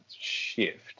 shift